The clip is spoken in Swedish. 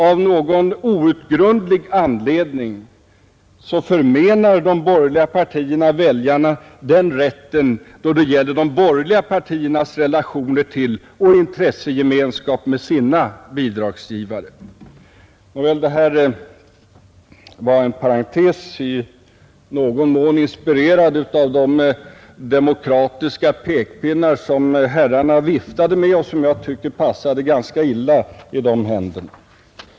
Av någon outgrundlig anledning förmenar de borgerliga partierna väljarna den rätten då det gäller de borgerliga partiernas relationer till och intressegemenskap med sina bidragsgivare. Nåväl, det här var en parentes, i någon mån inspirerad av de demokratiska pekpinnar som herrarna viftade med och som jag tycker passade ganska illa i de händerna.